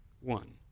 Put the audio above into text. one